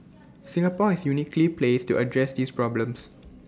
Singapore is uniquely placed to address these problems